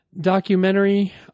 documentary